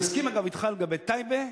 אני מסכים אתך, אגב, לגבי טייבה.